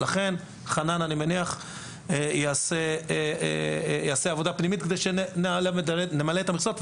אני מניח שחנן יעשה עבודה פנימית כדי שנמלא את המכסות.